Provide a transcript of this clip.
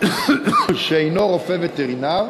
שאינו רופא וטרינר,